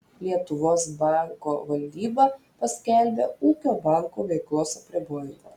lietuvos banko valdyba paskelbė ūkio banko veiklos apribojimą